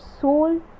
soul